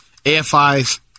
AFI's